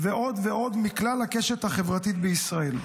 ועוד ועוד, מכלל הקשת החברתית בישראלים,